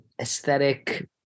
aesthetic